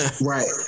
Right